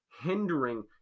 hindering